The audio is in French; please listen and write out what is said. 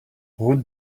route